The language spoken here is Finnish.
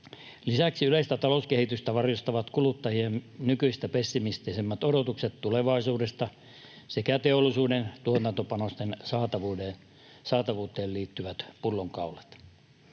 Lisäksi yleistä talouskehitystä varjostavat kuluttajien nykyistä pessimistisemmät odotukset tulevaisuudesta sekä teollisuuden tuotantopanosten saatavuuteen liittyvät pullonkaulat.